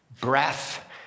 breath